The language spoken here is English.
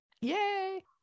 Yay